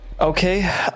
Okay